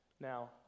Now